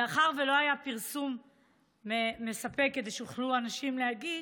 מאחר שלא היה פרסום מספק כדי שיוכלו אנשים להגיש,